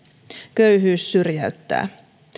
köyhyys syrjäyttää